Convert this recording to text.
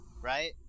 right